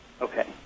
okay